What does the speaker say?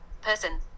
person